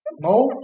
No